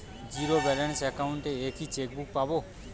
Zero balance account এ কি chequebook পাব?